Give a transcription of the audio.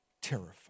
terrified